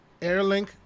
airlink